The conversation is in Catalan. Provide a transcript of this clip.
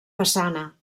façana